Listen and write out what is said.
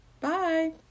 Bye